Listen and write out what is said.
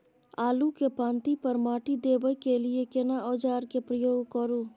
आलू के पाँति पर माटी देबै के लिए केना औजार के प्रयोग करू?